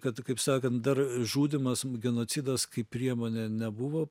kad kaip sakant dar žudymas genocidas kaip priemonė nebuvo